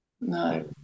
no